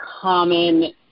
common